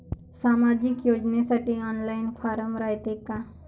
सामाजिक योजनेसाठी online form रायते का?